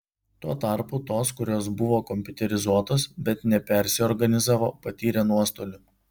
tuo tarpu tos kurios buvo kompiuterizuotos bet nepersiorganizavo patyrė nuostolių